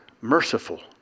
merciful